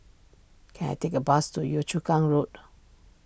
can I take a bus to Yio Chu Kang Road